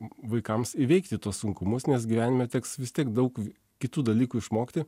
vaikams įveikti tuos sunkumus nes gyvenime teks vis tiek daug kitų dalykų išmokti